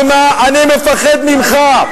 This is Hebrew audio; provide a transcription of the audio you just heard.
אני מפחד ממך.